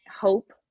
hope